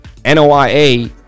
NOIA